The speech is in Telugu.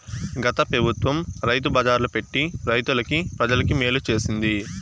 గత పెబుత్వం రైతు బజార్లు పెట్టి రైతులకి, ప్రజలకి మేలు చేసింది